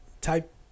type